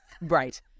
Right